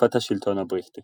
תקופת השלטון הבריטי